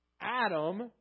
Adam